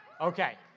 Okay